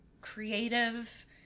creative